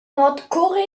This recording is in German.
nordkorea